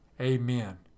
Amen